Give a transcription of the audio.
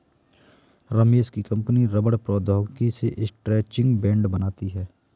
रमेश की कंपनी रबड़ प्रौद्योगिकी से स्ट्रैचिंग बैंड बनाती है